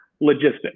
logistics